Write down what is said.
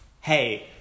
Hey